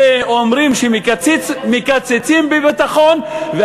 ואומרים שמקצצים בביטחון, אתה טועה.